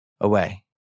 away